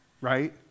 right